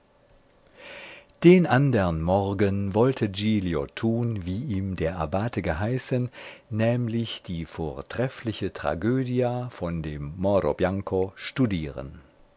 den andern morgen wollte giglio tun wie ihm der abbate geheißen nämlich die vortreffliche tragödia von dem moro bianco studieren